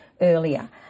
earlier